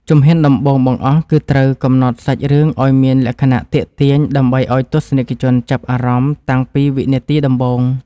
ជំហានដំបូងបង្អស់គឺត្រូវកំណត់សាច់រឿងឱ្យមានលក្ខណៈទាក់ទាញដើម្បីឱ្យទស្សនិកជនចាប់អារម្មណ៍តាំងពីវិនាទីដំបូង។